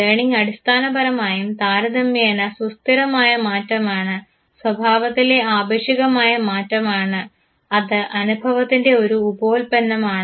learning അടിസ്ഥാനപരമായും താരതമ്യേന സുസ്ഥിരമായ മാറ്റമാണ് സ്വഭാവത്തിലെ ആപേക്ഷികമായ മാറ്റമാണ് അത് അനുഭവത്തിൻറെ ഒരു ഉപോൽപ്പന്നമാണ്